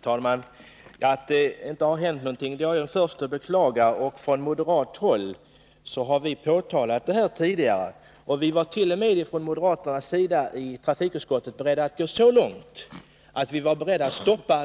Herr talman! Att det inte har hänt någonting är jag den förste att beklaga. Från moderat håll har vi tidigare påtalat det här, och i trafikutskottet var vi t.o.m. beredda att gå så långt att